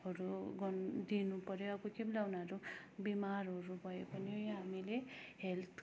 हरू गर्नु दिनुपर्यो अब कोही कोही बेला उनाहरू बिमारहरू भयो भने हामीले हेल्थ